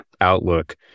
outlook